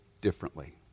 differently